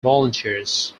volunteers